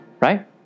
Right